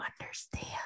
understand